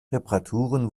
reparaturen